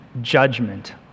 judgment